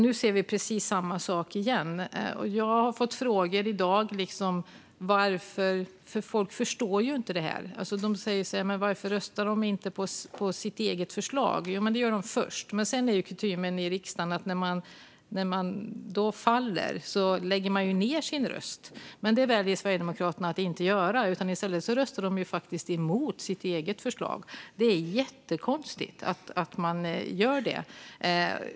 Nu ser vi precis samma sak igen. Jag har fått frågor i dag, för folk förstår inte detta. De undrar varför Sverigedemokraterna inte röstar på sitt eget förslag. Sverigedemokraterna röstar först på sitt eget förslag. Kutymen i riksdagen är att man lägger ned sin röst när ens eget förslag faller, men det väljer Sverigedemokraterna att inte göra. I stället röstar de faktiskt emot sitt eget förslag. Det är jättekonstigt att de gör det.